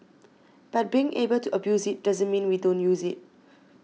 but being able to abuse it doesn't mean we don't use it